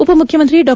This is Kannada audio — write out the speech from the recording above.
ಉಪ ಮುಖ್ಯಮಂತ್ರಿ ಡಾ